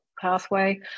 pathway